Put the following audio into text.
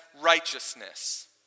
righteousness